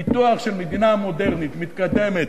ביטוח של מדינה מודרנית, מתקדמת,